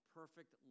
perfect